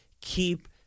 keep